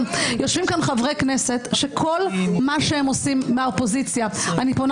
--- יושבים פה חברי כנסת מהאופוזיציה אני פונה